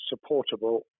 supportable